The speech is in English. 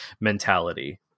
mentality